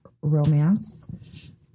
romance